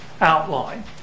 outline